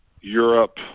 Europe